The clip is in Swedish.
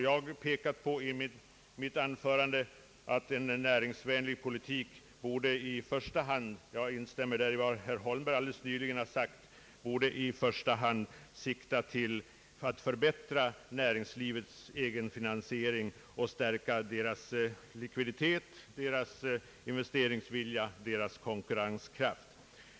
Jag framhöll i mitt anförande att en näringsvänlig politik borde i första hand — därvidlag instämmer jag också i vad herr Holmberg nyss har sagt — sikta till att förbättra näringslivets egenfinansiering, stärka dess likviditet, investeringsvilja och konkurrenskraft.